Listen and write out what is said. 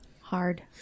Hard